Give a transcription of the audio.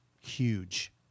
huge